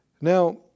Now